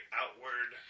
outward